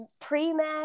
pre-med